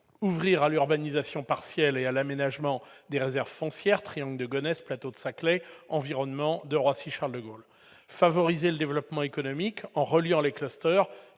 Ouvrir à l'urbanisation partielle et à l'aménagement des réserves foncières : triangle de Gonesse, plateau de Saclay, environnement de Roissy - Charles-de-Gaulle. Favoriser le développement économique en reliant les et